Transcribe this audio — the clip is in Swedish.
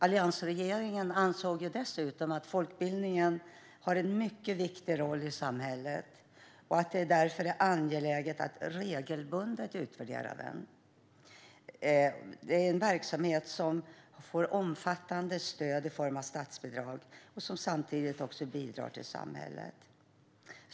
Alliansregeringen ansåg ju att folkbildningen har en mycket viktig roll i samhället och att det därför är angeläget att regelbundet utvärdera den. Det är en verksamhet som får omfattande stöd i form av statsbidrag och samtidigt bidrar till samhället.